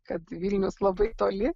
kad vilnius labai toli